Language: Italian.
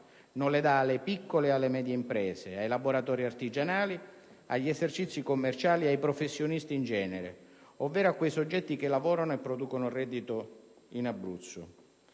Non le dà alle piccole e alle medie imprese, ai laboratori artigianali, agli esercizi commerciali, ai professionisti in genere, ovvero a quei soggetti che lavorano e producono reddito in Abruzzo.